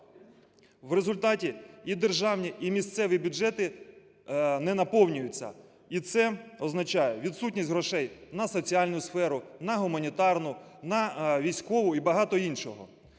В результаті і держані, і місцеві бюджети не наповнюються і це означає відсутність грошей на соціальну сферу, на гуманітарну, на військову і багато іншого.